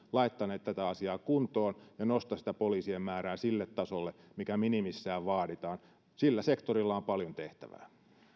laita tätä asiaa kuntoon ja nosta sitä poliisien määrää sille tasolle mikä minimissään vaaditaan sillä sektorilla on paljon tehtävää